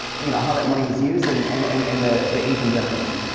you know, how that money is used and and, and and the the income generation.